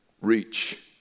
reach